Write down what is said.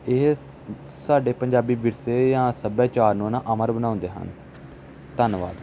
ਇਹ ਸ ਸਾਡੇ ਪੰਜਾਬੀ ਵਿਰਸੇ ਜਾਂ ਸੱਭਿਆਚਾਰ ਨੂੰ ਨਾ ਅਮਰ ਬਣਾਉਂਦੇ ਹਨ ਧੰਨਵਾਦ